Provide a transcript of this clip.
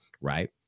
right